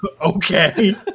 Okay